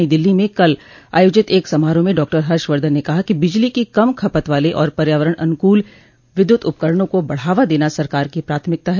नई दिल्ली में कल आयोजित एक समारोह में डॉक्टर हर्षवर्धन ने कहा कि बिजली की कम खपत वाले और पर्यावरण अनुकूल विद्युत उपकरणों को बढ़ावा देना सरकार की प्राथमिकता है